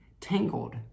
tangled